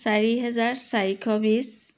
চৰি হেজাৰ চাৰিশ বিছ